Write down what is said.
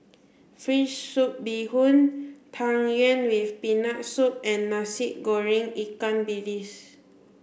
fish soup bee hoon tang yuen with peanut soup and Nasi Goreng Ikan Bilis